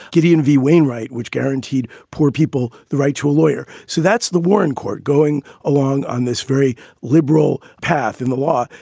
gideon v. wainwright, which guaranteed poor people the right to a lawyer. so that's the warren court going along on this very liberal path in the law.